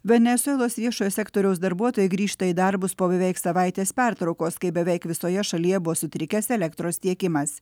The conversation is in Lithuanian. venesuelos viešojo sektoriaus darbuotojai grįžta į darbus po beveik savaitės pertraukos kai beveik visoje šalyje buvo sutrikęs elektros tiekimas